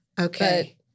Okay